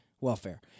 welfare